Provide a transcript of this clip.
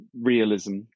realism